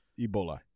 Ebola